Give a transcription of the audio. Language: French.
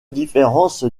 différences